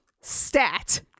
Stat